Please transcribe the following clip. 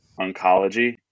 oncology